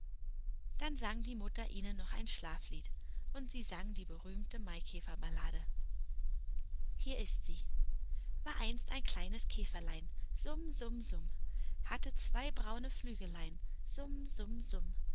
dann sang die mutter ihnen noch ein schlaflied und sie sang die berühmte maikäferballade hier ist sie war einst ein kleines käferlein summ summ summ hatte zwei braune flügelein summ summ summ